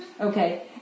Okay